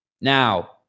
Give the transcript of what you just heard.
Now